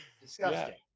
disgusting